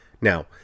Now